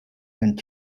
and